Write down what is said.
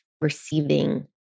receiving